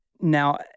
Now